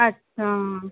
अच्छा